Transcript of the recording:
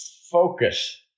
focus